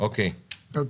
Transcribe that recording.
מי בעד?